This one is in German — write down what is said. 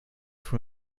von